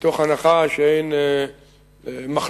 בהנחה שאין מחלוקת